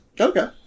Okay